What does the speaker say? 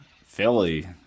Philly